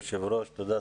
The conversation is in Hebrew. היושב-ראש; תודה,